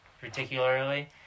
particularly